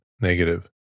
negative